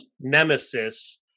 nemesis